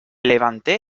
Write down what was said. levanté